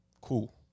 Cool